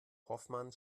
hoffmann